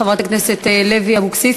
חברת הכנסת לוי אבקסיס,